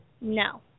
No